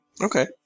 Okay